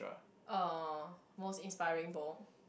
uh most inspiring book